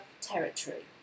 territory